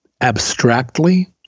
abstractly